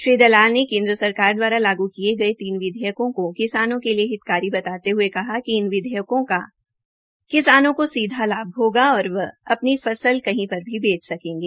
श्री दलाल ने केन्द्र सरकार द्वारा लागू किये गये तीन विधयकों को किसानों के लिए हितकारी बताते हये कहा कि इन विधेयकों का किसानों को सीधा लाभ होगा और वह अपनी फसल कही पर भी बेच सकेंगे